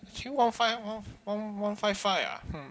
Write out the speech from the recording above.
actually one five oh one one five five ah